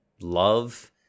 love